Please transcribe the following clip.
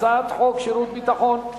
הצעת חוק שירות ביטחון,